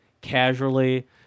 casually